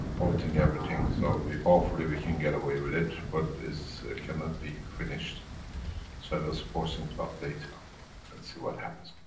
halting everything, so we, hopefully we can get away with it. but it's, can not be finished sort of so forcing to update, um and see what happens.